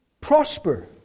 prosper